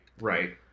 Right